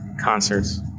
concerts